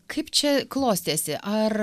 kaip čia klostėsi ar